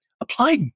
apply